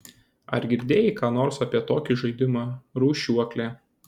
ar girdėjai ką nors apie tokį žaidimą rūšiuoklė